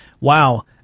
Wow